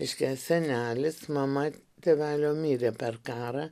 reiškia senelis mama tėvelio mirė per karą